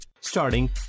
starting